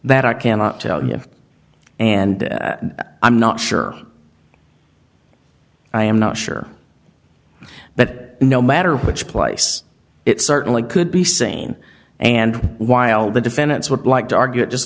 that i cannot tell you and i'm not sure i am not sure that no matter which place it certainly could be seen and while the defendants would like to argue it just